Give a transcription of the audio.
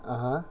(uh huh)